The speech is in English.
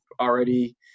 already